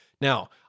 Now